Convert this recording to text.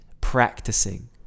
practicing